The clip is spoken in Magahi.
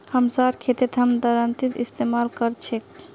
हमसार खेतत हम दरांतीर इस्तेमाल कर छेक